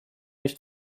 nicht